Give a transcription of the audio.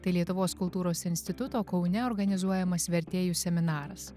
tai lietuvos kultūros instituto kaune organizuojamas vertėjų seminaras